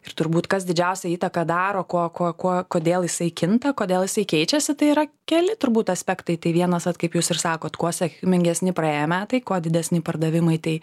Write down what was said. ir turbūt kas didžiausią įtaką daro kuo kuo kuo kodėl jisai kinta kodėl jisai keičiasi tai yra keli turbūt aspektai tai vienas vat kaip jūs ir sakot kuo sėkmingesni praėję metai kuo didesni pardavimai tai